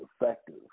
effective